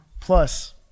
Plus